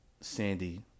sandy